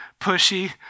pushy